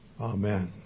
Amen